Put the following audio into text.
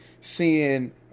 seeing